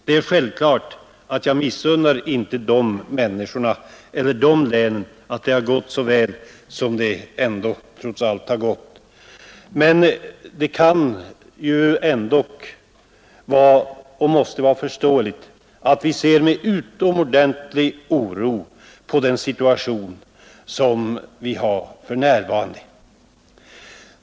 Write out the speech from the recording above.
Det är självklart att jag inte missunnar de andra länen att det gått väl för dem, men det måste vara förståeligt att vi i Norrbotten ser med utomordentligt stor oro på den situation som vi har för närvarande.